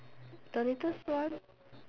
the latest one